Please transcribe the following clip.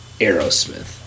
Aerosmith